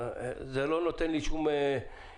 זה לא נותן לי שום מענה.